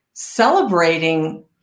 celebrating